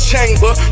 chamber